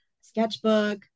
sketchbook